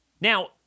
Now